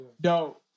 Dope